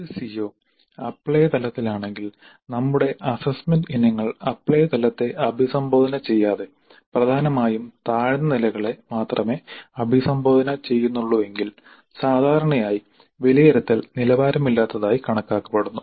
ഒരു CO apply തലത്തിലാണെങ്കിൽ നമ്മുടെ അസ്സസ്സ്മെന്റ് ഇനങ്ങൾ അപ്ലൈ തലത്തെ അഭിസംബോധന ചെയ്യാതെ പ്രധാനമായും താഴ്ന്ന നിലകളെ മാത്രമേ അഭിസംബോധന ചെയ്യുന്നുള്ളൂവെങ്കിൽ സാധാരണയായി വിലയിരുത്തൽ നിലവാരമില്ലാത്തതായി കണക്കാക്കപ്പെടുന്നു